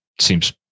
Seems